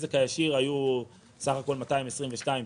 בנזק הישיר היו סך הכול 222 תיקים,